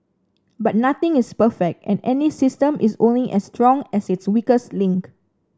but nothing is perfect and any system is only as strong as its weakest link